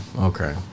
okay